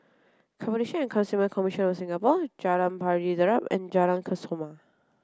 Competition and Consumer Commission of Singapore Jalan Pari Dedap and Jalan Kesoma